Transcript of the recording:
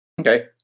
Okay